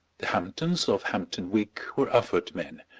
the hamptons of hampton wick were ufford men,